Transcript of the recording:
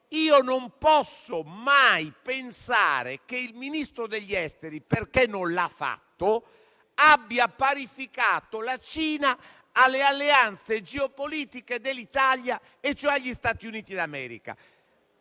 non posso mai pensare che il Ministro degli affari esteri - perché non l'ha fatto - abbia parificato la Cina alle alleanze geopolitiche dell'Italia e cioè agli Stati Uniti d'America.